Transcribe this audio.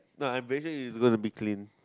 not I'm very sure it's gonna be clean